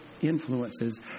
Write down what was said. influences